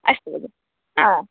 अस्तु भगिनी आम्